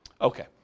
Okay